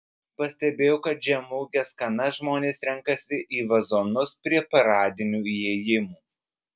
pastebėjau kad žemaūges kanas žmonės renkasi į vazonus prie paradinių įėjimų